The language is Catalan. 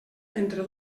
entre